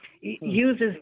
uses